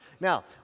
Now